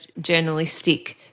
journalistic